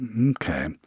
Okay